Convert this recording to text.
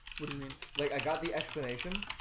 what do you mean like i got the explanation?